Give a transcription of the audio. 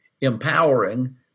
empowering